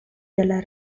della